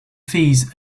fees